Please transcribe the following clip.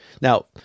Now